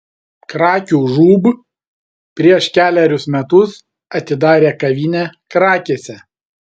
krakių žūb prieš kelerius metus atidarė kavinę krakėse